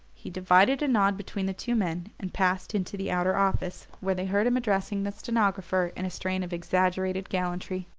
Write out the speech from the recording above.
he divided a nod between the two men, and passed into the outer office, where they heard him addressing the stenographer in a strain of exaggerated gallantry.